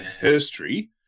history